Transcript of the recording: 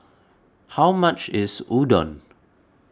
how much is Udon